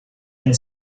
and